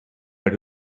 but